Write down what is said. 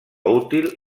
útil